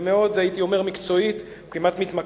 והייתי אומר מאוד מקצועית,